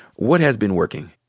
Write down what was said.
what has been working?